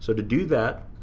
so to do that,